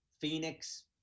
Phoenix